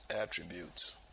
attributes